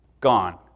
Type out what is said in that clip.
gone